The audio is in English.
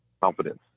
confidence